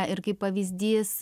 ir kaip pavyzdys